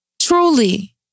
Truly